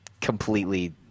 completely